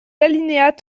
alinéas